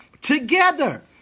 together